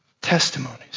testimonies